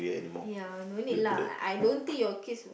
ya no need lah I don't think your kids